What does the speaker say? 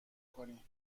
کنی